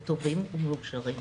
טובים ומאושרים.